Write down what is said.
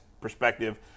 perspective